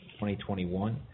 2021